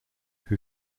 who